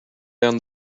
down